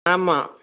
ஆமாம்